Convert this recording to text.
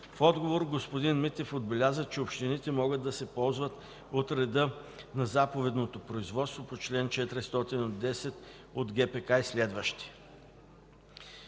В отговор господин Митев отбеляза, че общините могат да се ползват от реда на заповедното производство по чл. 410 от ГПК и следващи.